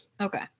Okay